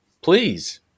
please